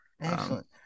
Excellent